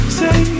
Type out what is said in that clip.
say